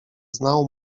znał